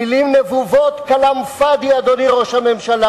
מלים נבובות, כלאם פאד'י, אדוני ראש הממשלה.